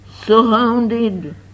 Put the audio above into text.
surrounded